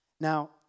Now